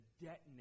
detonate